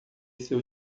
seu